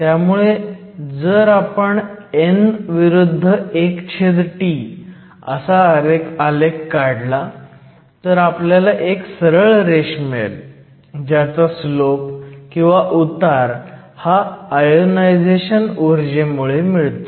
त्यामुळे जर आपण n विरुद्ध 1T असा आलेख काढला तर आपल्याला एक सरळ रेष मिळेल ज्याचा स्लोप किंवा उतार हा आयोनायझेशन ऊर्जेमुळे मिळतो